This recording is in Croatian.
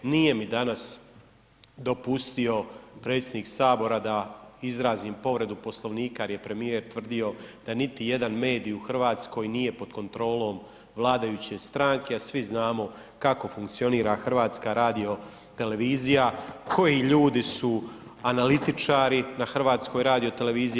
Nije mi danas dopustio predsjednik Sabora da izrazim povredu Poslovnika jer je premijer tvrdio da niti jedan medij u Hrvatskoj nije pod kontrolom vladajuće stranke a svi znamo kako funkcionira HRT, koji ljudi su analitičari na HRT-u.